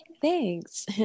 Thanks